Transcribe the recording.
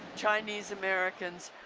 chinese americans,